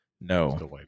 No